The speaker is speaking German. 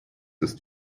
ist